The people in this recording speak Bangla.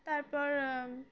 তারপর